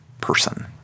person